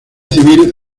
civil